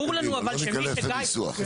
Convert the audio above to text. הלאה, לא ניכנס לניסוח.